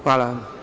Hvala.